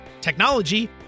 technology